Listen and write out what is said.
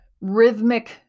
rhythmic